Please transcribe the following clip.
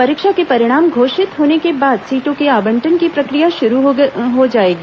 परीक्षा के परिणाम घोषित होने के बाद सीटों के आवंटन की प्रक्रिया शुरू हो जाएगी